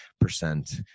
percent